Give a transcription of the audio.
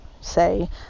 say